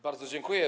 Bardzo dziękuję.